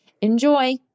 Enjoy